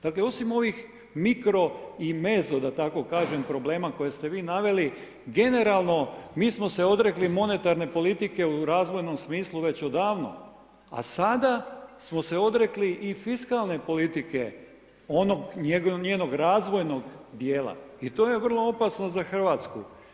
Dakle, osim ovih mikro i mezo da tako kažem problema koje ste vi naveli generalno mi smo se odrekli monetarne politike u razvojnom smislu već odavno, a sada smo se odrekli i fiskalne politike onog njenog razvojnog dijela i to je vrlo opasno za Hrvatsku.